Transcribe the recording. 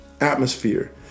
atmosphere